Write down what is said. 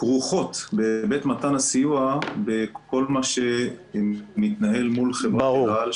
כרוכות בהיבט מתן הסיוע בכל מה שמתנהל מול חברת אל על,